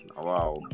wow